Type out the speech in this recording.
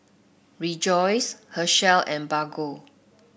Rejoice Herschel and Bargo